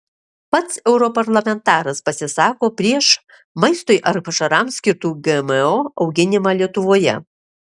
pats europarlamentaras pasisako prieš maistui ar pašarams skirtų gmo auginimą lietuvoje